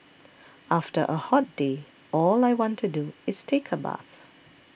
after a hot day all I want to do is take a bath